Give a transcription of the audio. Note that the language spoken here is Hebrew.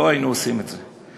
לא היינו עושים את זה.